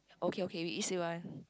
okay okay we each say one